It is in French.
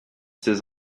ses